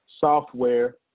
software